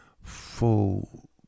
full